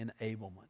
enablement